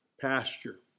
Pasture